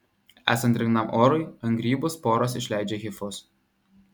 esant drėgnam orui ant grybų sporos išleidžia hifus